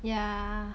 yeah